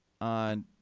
on